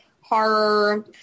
horror